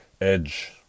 Edge